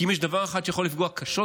כי אם יש דבר אחד שיכול לפגוע קשות